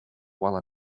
while